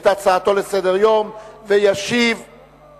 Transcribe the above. והצעת החוק תועבר לוועדה לזכויות הילד להמשך טיפול בקריאה